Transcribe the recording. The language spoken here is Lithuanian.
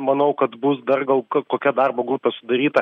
manau kad bus dar gal kokia darbo grupė sudaryta